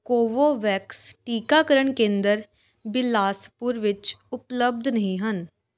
Covovax ਟੀਕਾਕਰਨ ਕੇਂਦਰ ਬਿਲਾਸਪੁਰ ਵਿੱਚ ਉਪਲਬਧ ਨਹੀਂ ਹਨ